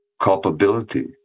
culpability